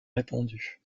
répondu